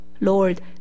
Lord